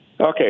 Okay